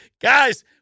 Guys